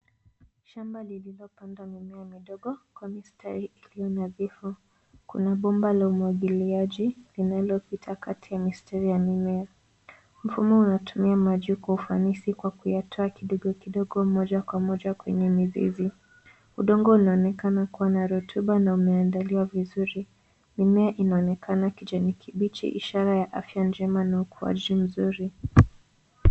Shamba lililopandwa mimea midogo kwa mistari iliyo nadhifu. Kuna bomba la umwagiliaji, linalolipita kati ya mistari ya mimea. Mfumo unatumia maji kwa ufanisi; kwa kuyatoa kidogo kidogo moja kwa moja kwenye mizizi. Udongo unaonekana kuwa na rutuba na umeandaliwa vizuri. Mimea inaonekana kijani kibichi; ishara yenye afya njema na ukuaji mzuri.